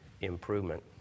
improvement